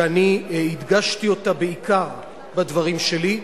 שאני הדגשתי אותה בעיקר, בדברים שלי,